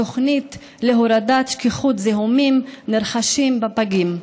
התוכנית להורדת שכיחויות זיהומים נרכשת בפגים.